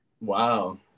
Wow